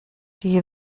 die